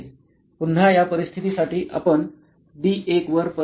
पुन्हा या परिस्थितीसाठी आपण डी 1 वर परत जाऊ